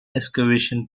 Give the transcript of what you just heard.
excavation